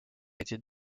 était